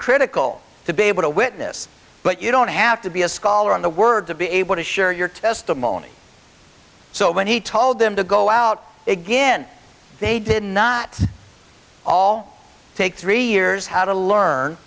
critical to be able to witness but you don't have to be a scholar on the word to be able to share your testimony so when he told them to go out again they did not all take three years how to learn